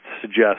suggest